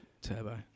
turbo